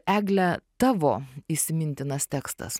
egle tavo įsimintinas tekstas